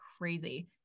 crazy